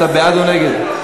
אתה בעד או נגד?